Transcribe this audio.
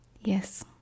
Yes